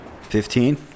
Fifteen